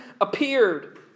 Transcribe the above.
appeared